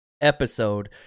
episode